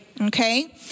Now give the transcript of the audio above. Okay